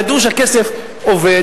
ידעו שהכסף עובד,